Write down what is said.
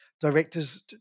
directors